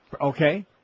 Okay